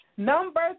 Number